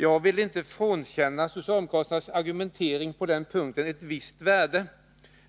Jag vill inte frånkänna socialdemokraternas argumentering på den punkten ett visst värde,